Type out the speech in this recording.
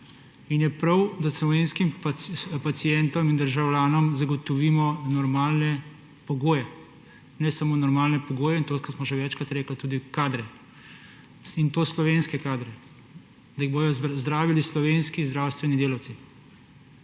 in je prav, da slovenskim pacientom in državljanom zagotovimo normalne pogoje. Ne samo normalne pogoje, ampak to, kar smo že večkrat rekli, tudi kadre; in to slovenske kadre, da jih bodo zdravili slovenski zdravstveni delavci.